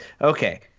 Okay